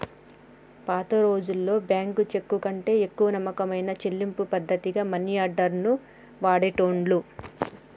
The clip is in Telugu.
పాతరోజుల్లో బ్యేంకు చెక్కుకంటే ఎక్కువ నమ్మకమైన చెల్లింపు పద్ధతిగా మనియార్డర్ ని వాడేటోళ్ళు